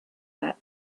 that